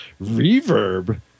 reverb